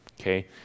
okay